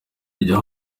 rya